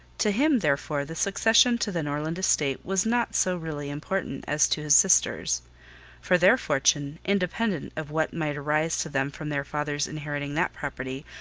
to him therefore the succession to the norland estate was not so really important as to his sisters for their fortune, independent of what might arise to them from their father's inheriting that property,